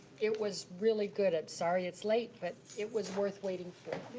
it was really good, i'm sorry it's late, but it was worth waiting for.